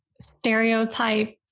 stereotype